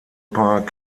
park